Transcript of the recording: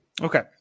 okay